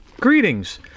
Greetings